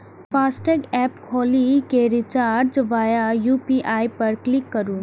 FASTag app खोलि कें recharge via UPI पर क्लिक करू